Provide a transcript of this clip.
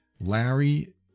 Larry